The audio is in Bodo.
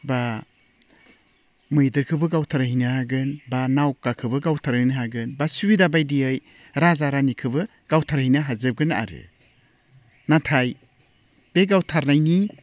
बा मैदेरखौबो गावथारहैनो हागोन बा नावखाखौबो गावथारहैनो हागोन बा सुबिदा बायदियै राजा रानिखौबो गावथारहैनो हाजोबगोन आरो नाथाय बे गावथारनायनि